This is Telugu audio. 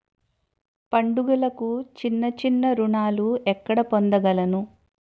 పండుగలకు చిన్న చిన్న రుణాలు ఎక్కడ పొందగలను?